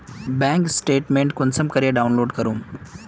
Bank statement कुंसम करे download करूम?